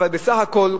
אבל בסך הכול,